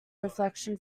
reflection